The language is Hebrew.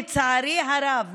לצערי הרב,